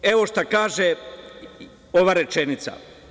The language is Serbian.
Dakle, evo šta kaže ova rečenica.